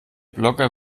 blogger